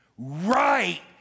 right